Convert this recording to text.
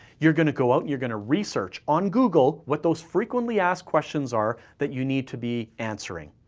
you're gonna go out, you're gonna research on google what those frequently asked questions are that you need to be answering.